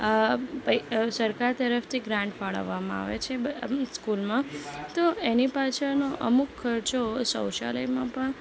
સરકાર તરફથી ગ્રાન્ટ ફાળવવામાં આવે છે બ સ્કૂલમાં તો એની પાછળનો અમુક ખર્ચો શૌચાલયમાં પણ